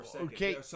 Okay